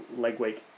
Legweek